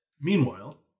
Meanwhile